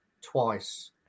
twice